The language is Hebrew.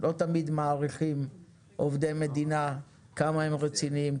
לא תמיד מעריכים עובדי מדינה כמה הם רציניים,